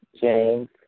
James